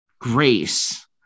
grace